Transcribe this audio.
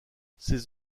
ses